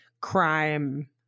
crime